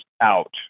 out